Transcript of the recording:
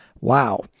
wow